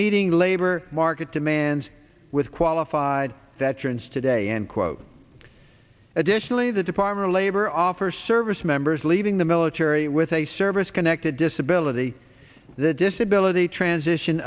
meeting labor market demands with qualified that chance today end quote additionally the department of labor offers service members leaving the military with a service connected disability the disability transition